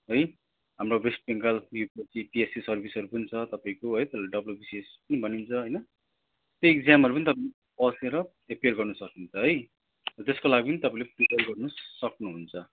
है हाम्रो West Bengal U UPSC सर्भिसहरू पनि छ तपाईँको है डब्ल्युबिसिएस पनि भनिन्छ हैन त्यो इग्ज्यामहरू पनि बसेर एपियर गर्न सकिन्छ है त्यसको लागि नि तपाईँले प्रिपेयर गर्नु सक्नुहुन्छ